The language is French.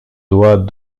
doit